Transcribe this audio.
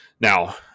now